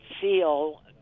seal